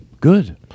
Good